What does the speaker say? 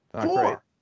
Four